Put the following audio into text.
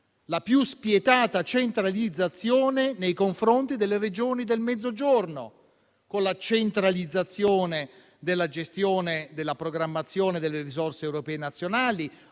la più spietata centralizzazione nei confronti delle Regioni del Mezzogiorno, con la centralizzazione della gestione della programmazione delle risorse europee nazionali;